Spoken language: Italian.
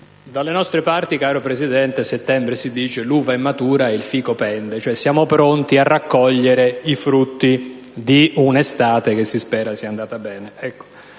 Dalle nostre parti, caro Presidente, si dice che «a settembre l'uva è matura e il fico pende». Siamo pronti a raccogliere i frutti di un'estate che si spera sia andata bene.